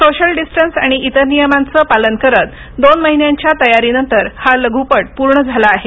social distance आणि इतर नियमांचं पालन करत दोन महिन्यांच्या तयारीनंतर हा लघूपट पूर्ण झाला आहे